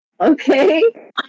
Okay